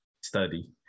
study